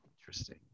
Interesting